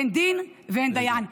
אין דין ואין דיין.